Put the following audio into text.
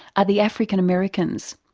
are the african americans.